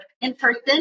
in-person